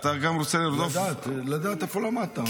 אתה גם רוצה --- לדעת איפה למדת.